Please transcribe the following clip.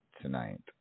tonight